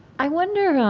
i wonder